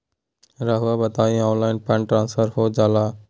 रहुआ बताइए online fund transfer हो जाला?